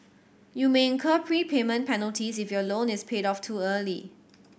you may incur prepayment penalties if your loan is paid off too early